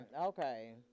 Okay